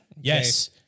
Yes